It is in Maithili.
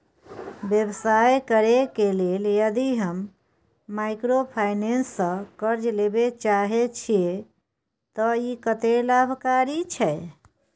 व्यवसाय करे के लेल यदि हम माइक्रोफाइनेंस स कर्ज लेबे चाहे छिये त इ कत्ते लाभकारी छै?